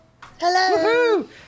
hello